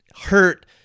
hurt